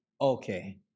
Okay